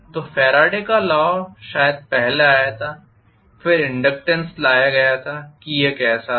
तो फैराडे का लॉ शायद पहले आया था और फिर इनडक्टेन्स लाया गया था कि यह कैसा था